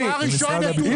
אם כך,